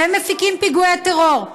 והם מפיקים פיגועי טרור.